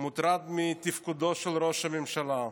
מתפקודו של ראש הממשלה.